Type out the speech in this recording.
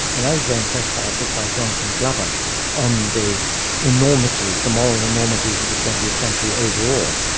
and i was very impressed by a book by jonathan glover on the enormities, the moral enormities of the twentieth century overall,